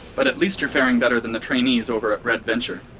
but at least you're faring better than the trainees over at red venture.